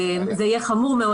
זה יהיה חמור מאוד,